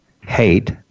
hate